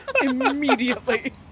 immediately